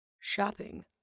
shopping